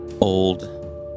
old